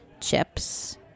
chips